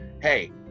hey